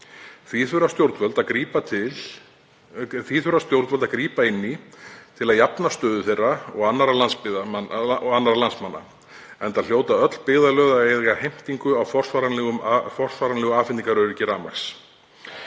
Því þurfa stjórnvöld að grípa inn í til að jafna stöðu þeirra og annarra landsmanna, enda hljóta öll byggðarlög að eiga heimtingu á forsvaranlegu afhendingaröryggi rafmagns.